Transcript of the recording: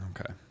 Okay